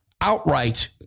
outright